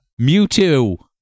Mewtwo